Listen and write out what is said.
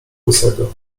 łysego